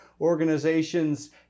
organizations